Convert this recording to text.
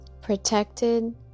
protected